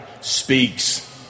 speaks